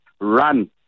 run